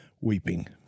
weeping